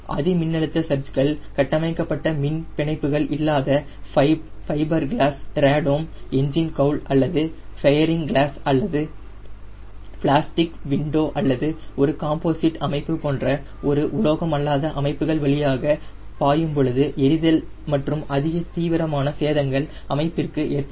அதி மின்னழுத்த சர்ஜ்கள் கட்டமைக்கப்பட்ட மின் பிணைப்புகள் இல்லாத ஃபைபர்கிளாஸ் ரேடோம் என்ஜின் கவுல் அல்லது ஃபெயரிங் கிளாஸ் அல்லது பிளாஸ்டிக் விண்டோ அல்லது ஒரு காம்போசிட் அமைப்பு போன்ற உலோகம் அல்லாத அமைப்புகள் வழியாக பாயும் பொழுது எரிதல் மற்றும் அதிக தீவிரமான சேதங்கள் அமைப்பிற்கு ஏற்படும்